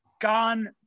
gone